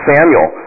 Samuel